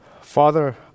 Father